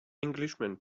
englishman